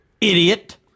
Idiot